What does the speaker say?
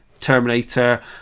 terminator